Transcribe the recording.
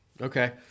Okay